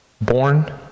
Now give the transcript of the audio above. Born